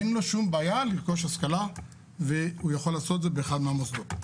אין לו שום בעיה לרכוש השכלה והוא יכול לעשות את זה באחד מהמוסדות.